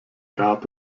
gab